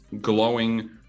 glowing